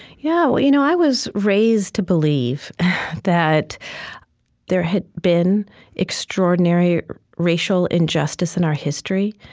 yeah. you know i was raised to believe that there had been extraordinary racial injustice in our history,